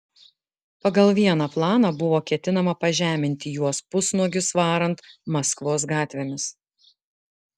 pagal vieną planą buvo ketinama pažeminti juos pusnuogius varant maskvos gatvėmis